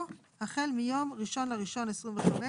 או החל מיום ה-01.01.2025,